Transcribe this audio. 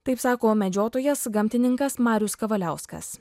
taip sako medžiotojas gamtininkas marius kavaliauskas